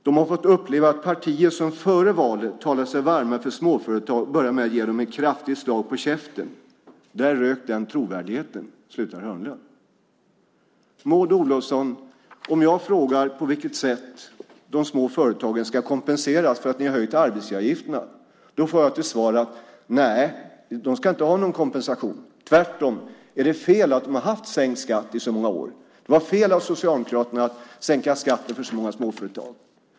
- De har fått uppleva att partier som före valet talade sig varma för småföretag börjar med att ge dem ett kraftigt 'slag på käften'. Där rök den trovärdigheten." Maud Olofsson! Om jag frågar på vilket sätt de små företagen ska kompenseras för att ni har höjt arbetsgivaravgifterna får jag till svar: Nej, de ska inte ha någon kompensation - tvärtom är det fel att de har haft sänkt skatt i så många år, och det var fel av Socialdemokraterna att sänka skatten för så många småföretag.